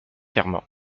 herman